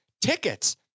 tickets